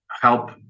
help